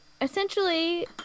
essentially